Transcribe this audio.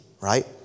right